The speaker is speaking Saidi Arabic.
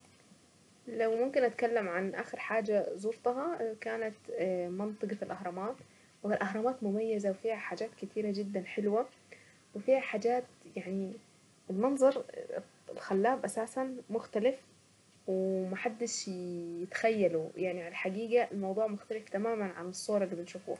لو ممكن اتكلم عن اخر حاجة زرتها كانت منطقة الاهرامات والاهرامات مميزة وفيها حاجات كتيرة جدا حلوة، وفيها حاجات يعني المنظر الخلاب اساسا مختلف وما حدش يتخيله يعني على الحقيقة الموضوع مختلف تماما عن الصور اللي بنشوفوها.